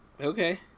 Okay